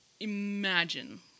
Imagine